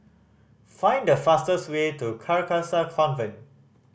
find the fastest way to Carcasa Convent